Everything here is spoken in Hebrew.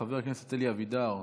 חבר הכנסת אלי אבידר,